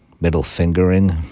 middle-fingering